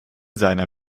seiner